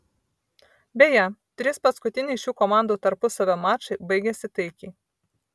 beje trys paskutiniai šių komandų tarpusavio mačai baigėsi taikiai